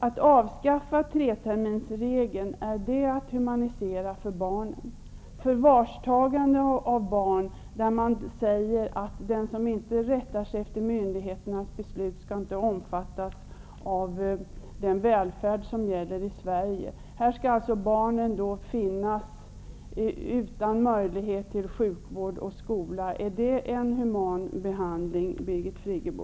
Är det att humanisera för barnen när 3-terminersregeln avskaffades? Vidare har vi förvarstagande av barn. Det sägs att den som inte rättar sig efter myndigheternas beslut inte skall omfattas av den välfärd som gäller i Sverige. Barnen skall alltså bo här utan rätt till sjukvård och skolgång? Är det en human behandling, Birgit Friggebo?